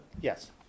Yes